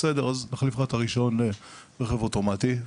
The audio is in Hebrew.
בסדר, נחליף לך את הרישיון לרכב אוטומטי.